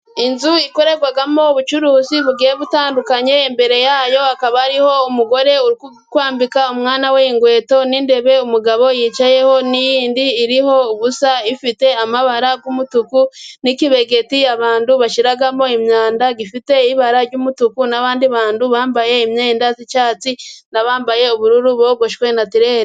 Inzu ikorerwamo ubucuruzi ,bugiye butandukanye, imbere yayo hakaba hari umugore uri kwambika umwana we, inkweto ,n'intebe umugabo yicayeho ,indi iriho ubusa, ifite amabara y'umutuku, n'ikibegeti ,abantu bashyiramo imyanda ,gifite ibara ry'umutuku ,n'abandi bantu bambaye imyenda y'icyatsi, n'abambaye ubururu, bogoshwe natireri.